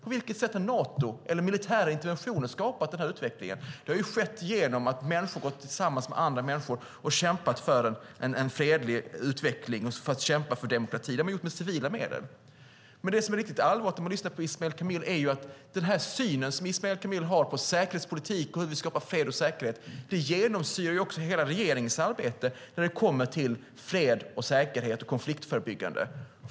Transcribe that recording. På vilket sätt har Nato eller militära interventioner skapat den här utvecklingen? Det har ju skett genom att människor har gått tillsammans med andra människor och kämpat för en fredlig utveckling och kämpat för demokrati. Det har de gjort med civila medel. Men det som är riktigt allvarligt när man lyssnar på Ismail Kamil är att den syn han har på säkerhetspolitik och hur vi skapar fred och säkerhet också genomsyrar hela regeringens arbete när det kommer till fred, säkerhet och konfliktförebyggande.